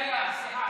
רגע, סליחה.